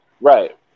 Right